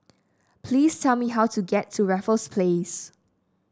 please tell me how to get to Raffles Place